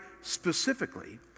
specifically